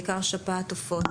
בעיקר שפעת עופות.